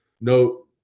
no